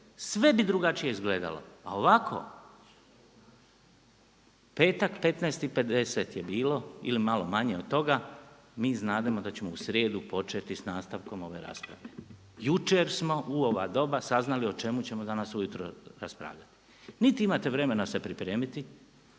sve bi drugačije izgledalo. A ovako, petak 15,50 je bilo ili malo manje od toga, mi znademo da ćemo u srijedu početi sa nastavkom ove rasprave. Jučer smo u ova doba saznali o čemu ćemo danas ujutro raspravljati. Niti imate vremena se pripremiti,